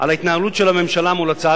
הגבלת רכיב ההוצאות המשפטיות במחיר)